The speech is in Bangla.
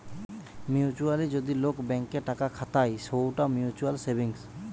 মিউচুয়ালি যদি লোক ব্যাঙ্ক এ টাকা খাতায় সৌটা মিউচুয়াল সেভিংস